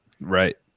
Right